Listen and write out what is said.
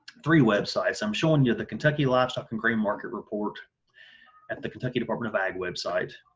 three websites i'm showing you the kentucky livestock and grain market report at the kentucky department of ag website.